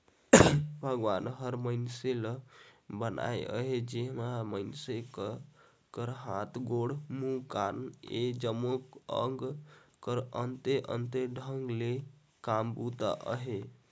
भगवान हर मइनसे ल बनाइस अहे जेम्हा मइनसे कर हाथ, गोड़, मुंह, कान, नाक ए जम्मो अग कर अन्ते अन्ते ढंग ले काम बूता अहे